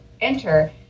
enter